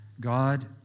God